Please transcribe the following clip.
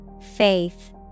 Faith